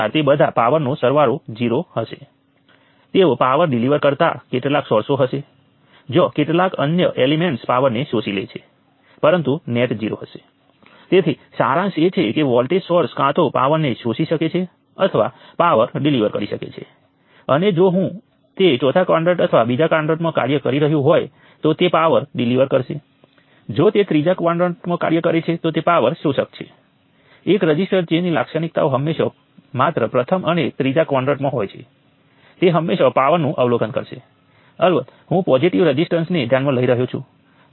તેથી હવે તમે સ્પષ્ટપણે જોઈ શકો છો કે છેલ્લા નોડ માટેનું KCL ઈકવેશન જે લીલી સપાટીને છોડીને વાદળી સપાટીમાં પ્રવેશતા કરંટોને સૂચવે છે તે દેખીતી રીતે પ્રથમ N 1 KCL ઈકવેશન્સના સરવાળાથી બિલકુલ વિરુદ્ધ છેજે વાદળી સપાટી છોડતા તમામ કરંટોના સરવાળાને સૂચવે છે